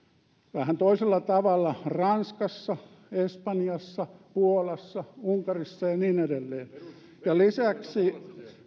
vähän toisella tavalla ranskassa espanjassa puolassa unkarissa ja niin edelleen ja lisäksi